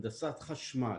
הנדסת חשמל,